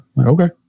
Okay